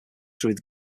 through